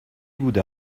بوده